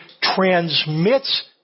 transmits